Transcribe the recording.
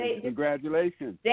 Congratulations